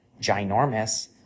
ginormous